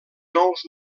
nous